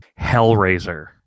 Hellraiser